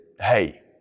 Hey